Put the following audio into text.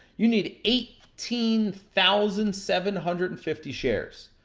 you need eighteen thousand seven hundred and fifty shares.